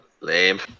Lame